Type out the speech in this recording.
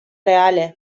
reales